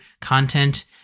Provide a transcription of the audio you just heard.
content